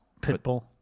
Pitbull